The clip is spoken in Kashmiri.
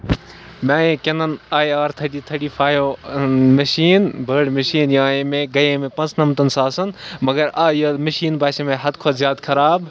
مےٚ اَنے کیٚنن آیی آر تھٔٹی تھٔٹی فَیو میشیٖن بٔڑ میشیٖن یہِ اَنے مےٚ یہِ گٔیے مےٚ پانٛژٕنَمَتن ساسن مَگر آ یہِ مِشیٖن باسے مےٚ حدٕ کھۄتہٕ زیادٕ خراب